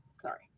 Sorry